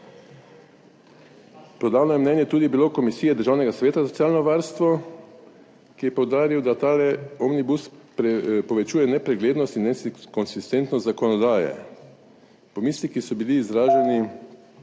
Podano je mnenje tudi bilo Komisije Državnega sveta za socialno varstvo, ki je poudaril, da tale omnibus povečuje nepreglednost in nekonsistentnost zakonodaje. Pomisleki so bili izraženi